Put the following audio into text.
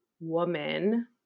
woman